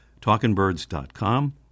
TalkingBirds.com